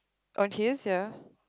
or kiss ya